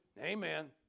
amen